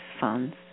funds